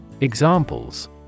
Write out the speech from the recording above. Examples